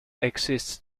exists